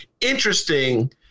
Interesting